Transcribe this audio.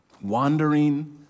Wandering